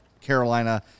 Carolina